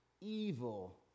evil